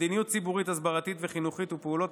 מדיניות ציבורית הסברתית וחינוכית ופעולות